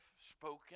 spoken